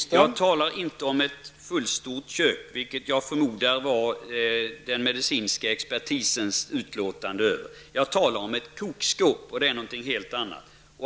Herr talman! Jag talar inte om ett fullstort kök, vilket jag förmodar den medicinska expertisen uttalade sig om. Jag talade om ett kokskåp, och det är någonting helt annat.